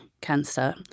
cancer